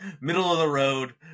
middle-of-the-road